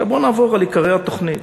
עכשיו, בואו נעבור על עיקרי התוכנית,